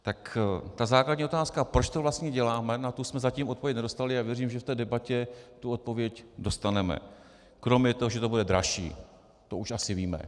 Tak ta základní otázka, proč to vlastně děláme, na tu jsme zatím odpověď nedostali a věřím, že v té debatě tu odpověď dostaneme, kromě toho, že to bude dražší, to už asi víme.